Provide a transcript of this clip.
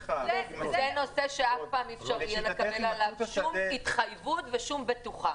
זה נושא שאף פעם אי אפשר יהיה לקבל עליו שום התחייבות ושום בטוחה.